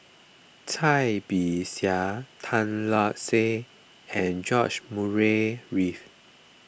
Cai Bixia Tan Lark Sye and George Murray Reith